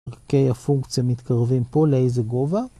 אוקיי הפונקציה מתקרבים פה לאיזה גובה?